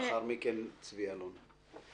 ולאחר מכן צבי אלון.